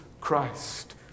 Christ